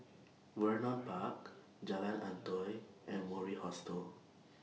Vernon Park Jalan Antoi and Mori Hostel